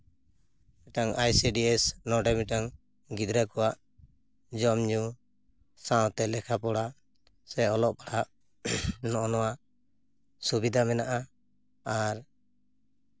ᱢᱤᱫᱴᱟᱝ I C D S ᱱᱚᱰᱮ ᱢᱤᱫᱴᱟᱝ ᱜᱤᱫᱽᱨᱟᱹ ᱠᱚᱣᱟᱜ ᱡᱚᱢ ᱧᱩ ᱥᱟᱶᱛᱮ ᱞᱮᱠᱷᱟ ᱯᱚᱲᱟ ᱥᱮ ᱚᱞᱚᱜ ᱯᱟᱲᱦᱟᱜ ᱱᱚᱜᱼᱚᱭ ᱱᱚᱣᱟ ᱥᱩᱵᱤᱫᱟ ᱢᱮᱱᱟᱜᱼᱟ ᱟᱨ